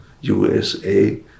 USA